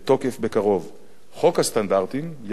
חוק הסטנדרטים יבטיח שהתוצרת החקלאית